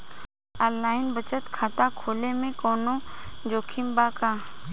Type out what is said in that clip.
Online बचत खाता खोले में कवनो जोखिम बा का?